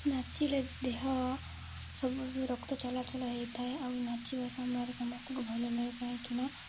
ନାଚିଲେ ଦେହ ସବୁ ରକ୍ତ ଚଳାଚଳ ହେଇଥାଏ ଆଉ ନାଚିବା ସମୟରେ ସମସ୍ତଙ୍କୁ ଭଲ ଲାଗେ କାହିଁକି